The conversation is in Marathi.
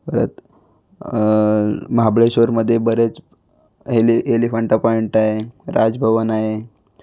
परत महाबळेश्ववरमध्ये बरेच एलि एलिफंटा पॉइंट आहे राजभवन आहे